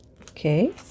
Okay